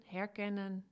herkennen